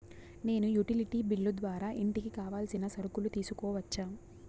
నేను utility bill ద్వారా ఇంటికి కావాల్సిన సరుకులు తీసుకోవచ్చా?